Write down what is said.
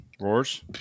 Roars